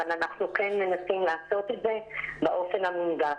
אבל אנחנו כן מנסים לעשות את זה באופן המונגש.